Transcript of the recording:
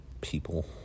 people